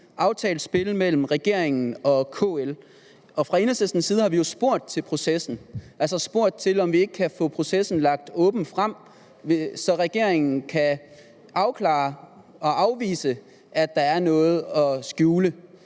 aftalt spil mellem regeringen og KL. Fra Enhedslistens side har vi jo spurgt til processen, altså spurgt til, om vi ikke kan få processen lagt åbent frem, så regeringen kan afklare og afvise, at der er noget at skjule.